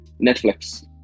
Netflix